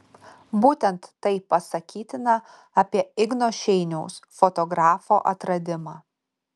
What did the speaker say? būtent tai pasakytina apie igno šeiniaus fotografo atradimą